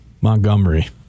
Montgomery